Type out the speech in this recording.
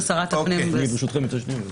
שרת הפנים --- אני אצא לבדוק את זה.